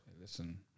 Listen